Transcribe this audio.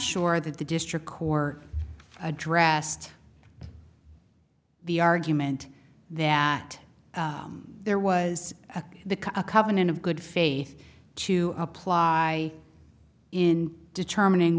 sure that the district corps addressed the argument that there was at the covenant of good faith to apply in determining